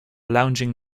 lounging